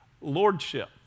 lordship